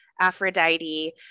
Aphrodite